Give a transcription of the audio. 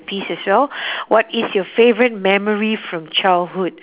piece as well what is your favourite memory from childhood